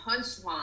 punchline